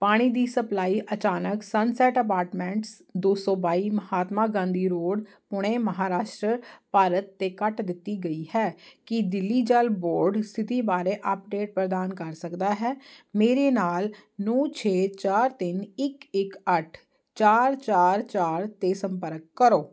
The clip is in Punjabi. ਪਾਣੀ ਦੀ ਸਪਲਾਈ ਅਚਾਨਕ ਸਨਸੈੱਟ ਅਪਾਰਟਮੈਂਟਸ ਦੋ ਸੌ ਬਾਈ ਮਹਾਤਮਾ ਗਾਂਧੀ ਰੋਡ ਪੁਣੇ ਮਹਾਰਾਸ਼ਟਰ ਭਾਰਤ 'ਤੇ ਕੱਟ ਦਿੱਤੀ ਗਈ ਹੈ ਕੀ ਦਿੱਲੀ ਜਲ ਬੋਰਡ ਸਥਿਤੀ ਬਾਰੇ ਅੱਪਡੇਟ ਪ੍ਰਦਾਨ ਕਰ ਸਕਦਾ ਹੈ ਮੇਰੇ ਨਾਲ ਨੌ ਛੇ ਚਾਰ ਤਿੰਨ ਇੱਕ ਇੱਕ ਅੱਠ ਚਾਰ ਚਾਰ ਚਾਰ 'ਤੇ ਸੰਪਰਕ ਕਰੋ